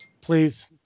please